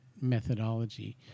methodology